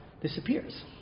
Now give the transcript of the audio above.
disappears